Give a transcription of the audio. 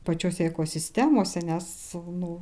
pačiose ekosistemose nes nu